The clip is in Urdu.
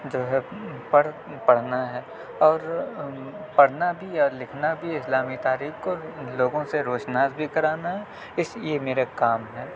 جو ہے پڑھ پڑھنا ہے اور پڑھنا بھی اور لکھنا بھی اسلامی تاریخ کو لوگوں سے روشناس بھی کرانا ہے اس یہ میرا کام ہے